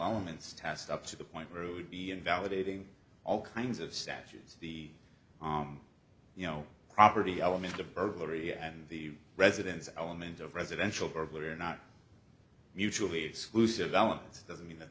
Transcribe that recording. elements test up to the point where it would be invalidating all kinds of savages the you know property element of burglary and the residence element of residential burglary or not mutually exclusive elements doesn't mean that